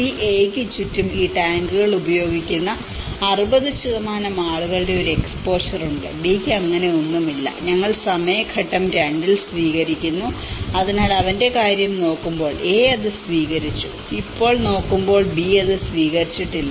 ഈ A യ്ക്ക് ചുറ്റും ഈ ടാങ്കുകൾ ഉപയോഗിക്കുന്ന 60 ആളുകളുടെ എക്സ്പോഷർ ഉണ്ട് B യ്ക്ക് അങ്ങനെ ഒന്നുമില്ല ഞങ്ങൾ സമയ ഘട്ടം 2 ൽ വിളിക്കുന്നു അതിനാൽ ഇപ്പോൾ അവന്റെ കാര്യം നോക്കുമ്പോൾ A അത് സ്വീകരിച്ചു നിങ്ങൾ നോക്കുമ്പോൾ B അത് സ്വീകരിച്ചിട്ടില്ല